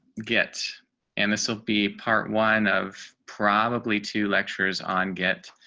get and this will be part one of probably two lectures on get